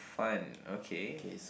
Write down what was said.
fun okay